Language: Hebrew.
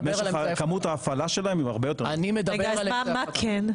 כמות ההפעלה שלהם היא הרבה יותר- -- אז מה כן?